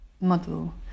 model